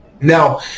Now